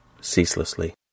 ceaselessly